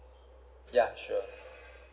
yeah sure